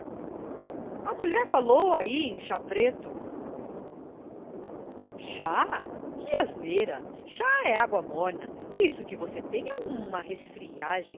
a mulher falou ai em chá preto chá que asneira chá é água morna isso que você tem é uma resfriagem